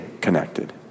connected